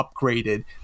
upgraded